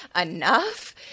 enough